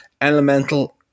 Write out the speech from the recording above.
Elemental